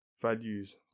values